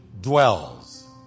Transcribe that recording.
dwells